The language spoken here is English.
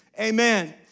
Amen